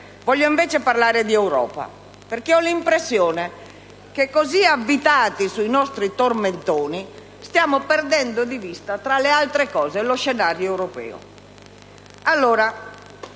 voglio parlare di Europa, perché ho l'impressione che, così avvitati sui nostri tormentoni, stiamo perdendo di vista, tra le altre cose, lo scenario europeo.